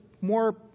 more